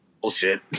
bullshit